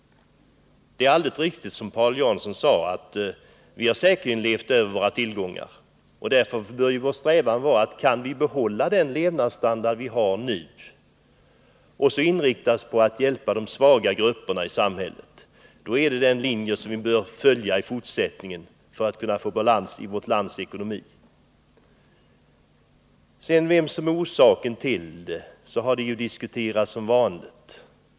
Det är alldeles riktigt, som Paul Jansson sade, att vi har levt över våra tillgångar. Därför bör vår strävan vara att behålla den levnadsstandard vi har nu och inrikta oss på att hjälpa de svaga grupperna i samhället, och det är den linje vi bör följa i fortsättningen för att kunna få balans i vårt lands ekonomi. Frågan om vem som är orsaken till våra svårigheter har som vanligt diskuterats.